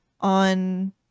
on